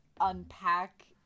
unpack